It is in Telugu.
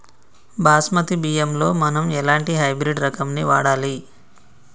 బాస్మతి బియ్యంలో మనం ఎలాంటి హైబ్రిడ్ రకం ని వాడాలి?